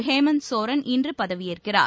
ஹேமந்த் சோரன் இன்று பதவியேற்கிறார்